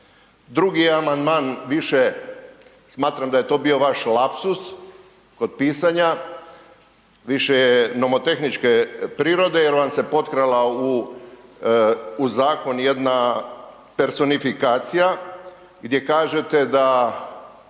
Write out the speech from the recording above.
Drugi je amandman više, smatram da je to bio vaš lapsus kod pisanja, više je nomotehničke prirode jer vam se potkrala u zakon jedna personifikacija gdje kažete da